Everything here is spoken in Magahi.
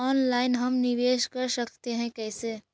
ऑनलाइन हम निवेश कर सकते है, कैसे?